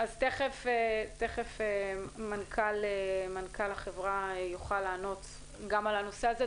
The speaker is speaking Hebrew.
תכף מנכ"ל החברה יוכל לענות גם על הנושא הזה.